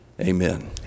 Amen